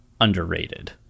underrated